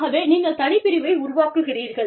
ஆகவே நீங்கள் தனிப்பிரிவை உருவாக்குகிறீர்கள்